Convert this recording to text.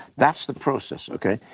that's the process, okay?